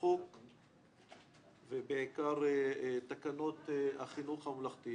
החוק ובעיקר תקנות החינוך הממלכתי